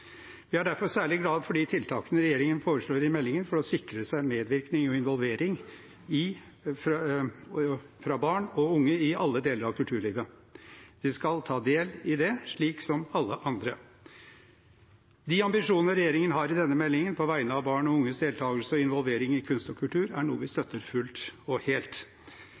Vi er derfor særlig glade for de tiltakene regjeringen foreslår i meldingen for å sikre seg medvirkning og involvering fra barn og unge i alle deler av kulturlivet. De skal ta del i det slik som alle andre. De ambisjoner regjeringen har i denne meldingen på vegne av barn og unges deltagelse og involvering i kunst og kultur, er noe vi støtter fullt og helt.